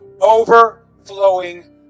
overflowing